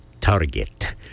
Target